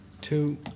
Two